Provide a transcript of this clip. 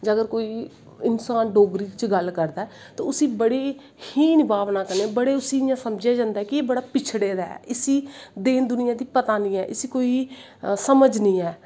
जां अगर कोई इंसान डोगरी च गल्ल करदा ऐ तां उसी बड़ी हीन भावना कन्नै बड़े इयां समझेआ जंदा ऐ कि एह् बड़ा पिछड़े दा ऐ इसी देन दुनियां दी पता नी ऐ इसी कोई समझ नी ऐ